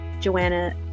Joanna